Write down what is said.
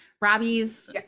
Robbie's